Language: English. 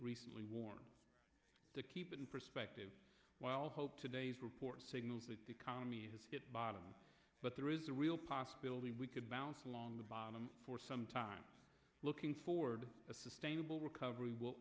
recently warned to keep it in perspective while hope today's report signals the economy has hit bottom but there is a real possibility we could bounce along the bottom for some time looking forward a sustainable recovery will